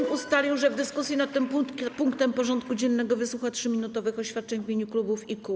Sejm ustalił, że w dyskusji nad tym punktem porządku dziennego wysłucha 3-minutowych oświadczeń w imieniu klubów i kół.